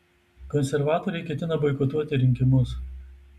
konservatoriai ketina boikotuoti rinkimus